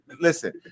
listen